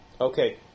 Okay